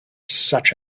such